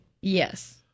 Yes